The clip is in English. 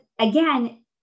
again